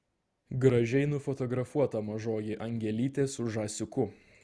gražiai nufotografuota mažoji angelytė su žąsiuku